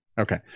okay